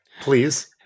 please